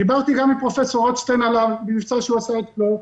דיברתי גם עם פרופ' רוטשטיין על המבצע שהוא עשה אצלו,